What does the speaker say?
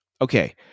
Okay